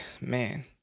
Man